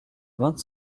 vingt